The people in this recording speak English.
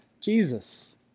Jesus